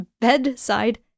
Bedside